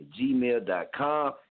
gmail.com